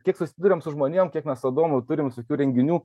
kiek susiduriam su žmonėm kiek mes su adomu turim visokių renginių